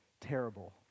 terrible